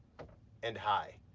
and high.